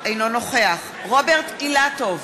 אינו נוכח רוברט אילטוב,